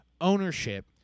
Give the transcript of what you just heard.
ownership